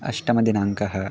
अष्टमदिनाङ्कः